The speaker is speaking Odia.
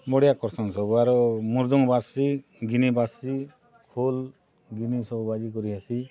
ବଢ଼ିଆ କରୁଛନ୍ ସବୁ ଆରୁ ମୃଦଙ୍ଗ ବାଜ୍ସି ଗିନି ବାଜ୍ସି ଫୁଲ ଗିନି ସବୁ ବାଜି କରି ଆସି